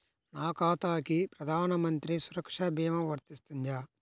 నా ఖాతాకి ప్రధాన మంత్రి సురక్ష భీమా వర్తిస్తుందా?